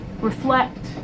reflect